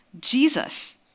Jesus